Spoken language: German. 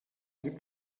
gibt